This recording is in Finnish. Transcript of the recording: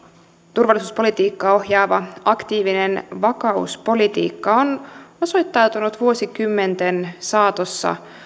turvallisuuspolitiikkaa ohjaava aktiivinen vakauspolitiikka on osoittautunut vuosikymmenten saatossa